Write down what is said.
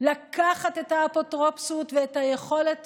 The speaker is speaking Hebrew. לקחת את האפוטרופסות ואת היכולת